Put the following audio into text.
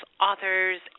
authors